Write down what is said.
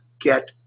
get